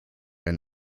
ein